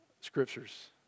scriptures